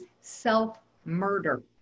self-murder